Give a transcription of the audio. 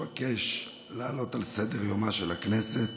אבקש להעלות על סדר-יומה של הכנסת